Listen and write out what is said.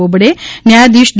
બોબડે ન્યાયાધિશ ડી